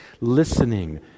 listening